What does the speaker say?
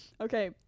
Okay